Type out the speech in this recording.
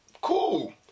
Cool